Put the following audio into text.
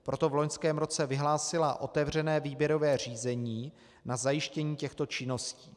Proto v loňském roce vyhlásila otevřené výběrové řízení na zajištění těchto činností.